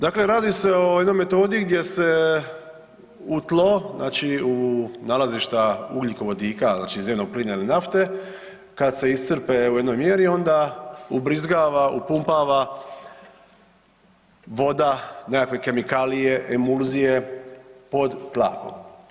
Dakle radi se o jednoj metodi gdje se u tlo, znači u nalazišta ugljikovodika, znači zemnog plina ili nafte, kad se iscrpe u jednoj mjeri, onda ubrizgava, upumpava voda, nekakve kemikalije, emulzije pod tlakom.